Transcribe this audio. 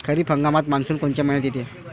खरीप हंगामात मान्सून कोनच्या मइन्यात येते?